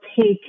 take